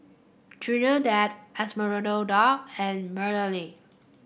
Trinidad Esmeralda and Mellie